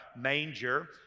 manger